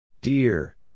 Dear